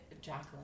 Jacqueline